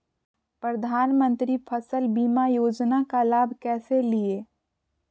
प्रधानमंत्री फसल बीमा योजना का लाभ कैसे लिये?